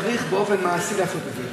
צריך באופן מעשי לעשות את זה.